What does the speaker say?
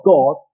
God